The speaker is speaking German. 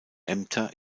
ämter